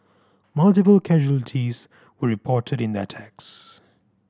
multiple casualties were reported in the attacks